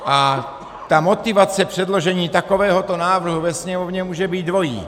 A ta motivace předložení takovéhoto návrhu ve Sněmovně může být dvojí.